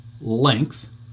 length